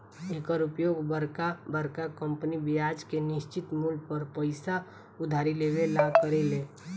एकर उपयोग बरका बरका कंपनी ब्याज के निश्चित मूल पर पइसा उधारी लेवे ला करेले